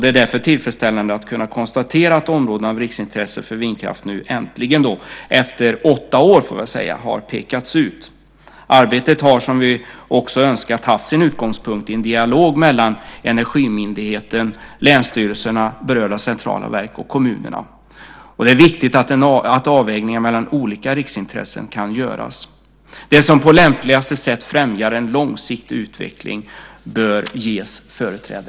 Det är därför tillfredsställande att kunna konstatera att områden av riksintresse för vindkraft nu äntligen, efter åtta år, har pekats ut. Arbetet har, som vi också önskat, haft sin utgångspunkt i en dialog mellan Energimyndigheten, länsstyrelserna, berörda centrala verk och kommunerna. Det är viktigt att en avvägning mellan olika riksintressen kan göras. Det som på lämpligaste sätt främjar en långsiktig utveckling bör ges företräde.